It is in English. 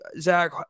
Zach